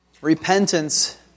repentance